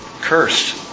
cursed